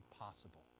impossible